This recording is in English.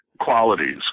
qualities